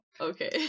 Okay